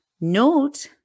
note